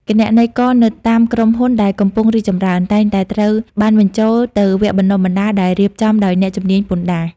គណនេយ្យករនៅតាមក្រុមហ៊ុនដែលកំពុងរីកចម្រើន តែងតែត្រូវបានបញ្ជូនទៅវគ្គបណ្តុះបណ្តាលដែលរៀបចំដោយអ្នកជំនាញពន្ធដារ។